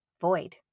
void